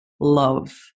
love